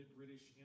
British